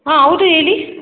ಹಾಂ ಹೌದು ಹೇಳಿ